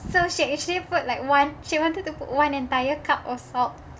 so she actually put like one she wanted to put one entire cup of salt